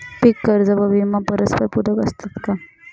पीक कर्ज व विमा परस्परपूरक असतात का?